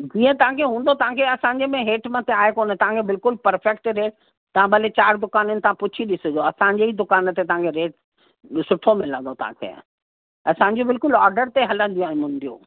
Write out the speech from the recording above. जीअं तव्हांखे हूंदो तव्हांखे असांजे में हेठि मथे आहे कोन्ह तव्हांखे बिल्कुलु पर्फ़ेक्ट रेट तां भले चार दुकाननि तां पुछी ॾिसजो असांजे ई दुकान ते तव्हांखे रेट सुठो मिलंदो तव्हांखे असांजी बिल्कुलु ऑडर ते हलंदियूं आहिनि मुंडियूं